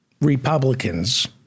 Republicans